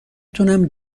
تونم